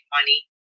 money